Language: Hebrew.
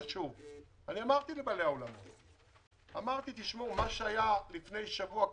אמרתי לבעלי האולמות שמה שהיה לפני שבוע כטיעון,